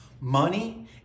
money